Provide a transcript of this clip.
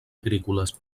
agrícoles